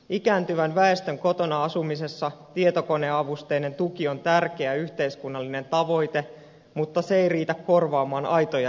ikääntyvän väestön kotona asumisessa tietokoneavusteinen tuki on tärkeä yhteiskunnallinen tavoite mutta se ei riitä korvaamaan aitoja ihmiskontakteja